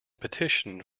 petitioned